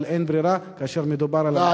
אבל אין ברירה, כאשר מדובר על המצב שאליו הגענו.